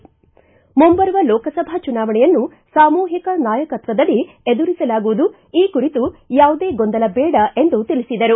ಮುಂಬರುವ ಲೋಕಸಭಾ ಚುನಾವಣೆಯನ್ನು ಸಾಮೂಹಿಕ ನಾಯಕತ್ವದಡಿ ಎದುರಿಸಲಾಗುವುದು ಈ ಕುರಿತು ಯಾವುದೇ ಗೊಂದಲ ಬೇಡ ಎಂದು ತಿಳಿಸಿದರು